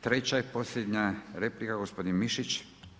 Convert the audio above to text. Treća i posljednja replika gospodin Mišić.